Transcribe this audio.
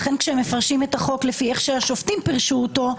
לכן כשמפרשים את החוק כפי שהשופטים פירשו אותו,